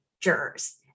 jurors